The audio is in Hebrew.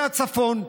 זה הצפון.